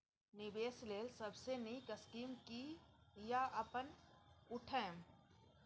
निवेश लेल सबसे नींक स्कीम की या अपन उठैम?